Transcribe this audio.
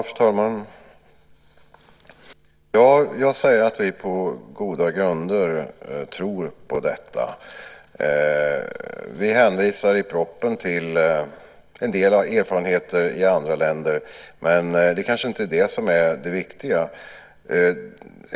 Fru talman! Jag säger att vi på goda grunder tror på detta. I propositionen hänvisar vi till en del erfarenheter i andra länder, men det är kanske inte det viktiga.